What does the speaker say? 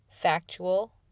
factual